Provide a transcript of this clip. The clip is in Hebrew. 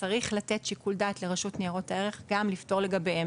צריך לתת לרשות ניירות ערך שיקול דעת לפטור לגביהם.